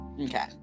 Okay